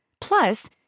Plus